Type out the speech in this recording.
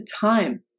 time